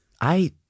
I-